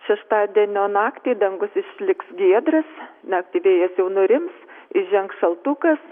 šeštadienio naktį dangus išliks giedras naktį vėjas jau nurims įžengs šaltukas